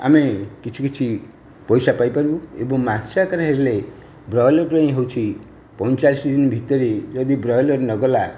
ଆମେ କିଛି କିଛି ପଇସା ପାଇପାରିବୁ ଏବଂ ମାଂସ ଆକାରରେ ହେଲେ ବ୍ରଇଲର ପାଇଁ ହେଉଛି ପଇଁଚାଳିଶ ଦିନ ଭିତରେ ଯଦି ବ୍ରଏଲର ନଗଲା